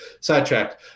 sidetracked